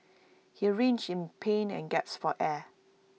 he writhed in pain and gasped for air